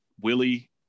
Willie